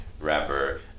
rapper